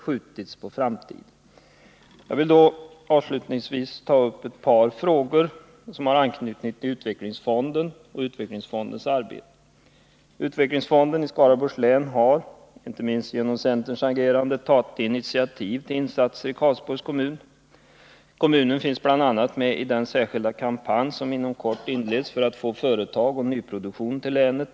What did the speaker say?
Jag vill avslutningsvis ta upp ett par frågor som har anknytning till inte minst genom centerns agerande, tagit initiativ till insatser i Karlsborgs Måndagen den kommun. Kommunen finns bl.a. med i den särskilda kampanj som inom 12 november 1979 kort inleds för att få företag och nyproduktion till länet.